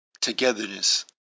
togetherness